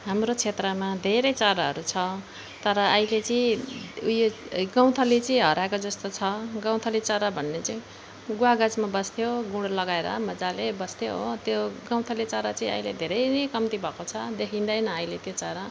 हाम्रो क्षेत्रमा धेरै चराहरू छ तर अहिले चाहिँ ऊ यो गौथली चाहिँ हराएको जस्तो छ गौथली चरा भन्ने चाहिँ गुवा गाछमा बस्थ्यो गुँड लगाएर मज्जाले बस्थ्यो हो त्यो गौथली चरा चाहिँ अहिले धेरै कम्ती भएको छ देखिँदैन अहिले त्यो चरा